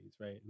right